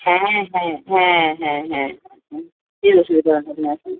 হ্যাঁ হ্যাঁ হ্যাঁ হ্যাঁ হ্যাঁ সে অসুবিধা হবে না এখন